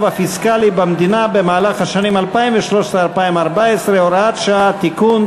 הפיסקלי במדינה במהלך השנים 2013 ו-2014 (הוראת שעה) (תיקון),